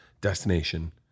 Destination